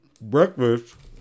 Breakfast